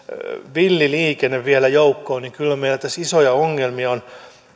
villi liikenne vielä joukkoon niin kyllä meillä tässä isoja ongelmia on